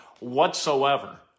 whatsoever